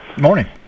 Morning